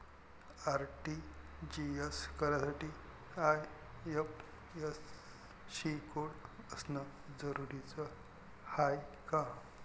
RTGS करासाठी IFSC code असनं जरुरीच हाय का?